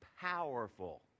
powerful